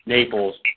Naples